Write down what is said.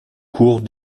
cours